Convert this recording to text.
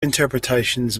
interpretations